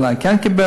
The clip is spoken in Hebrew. אולי כן קיבל,